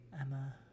Emma